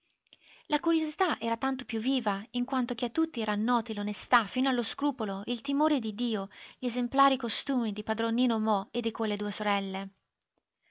la curiosità era tanto più viva in quanto che a tutti eran noti l'onestà fino allo scrupolo il timore di dio gli esemplari costumi di padron nino mo e di quelle due sorelle